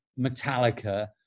Metallica